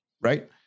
right